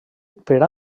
per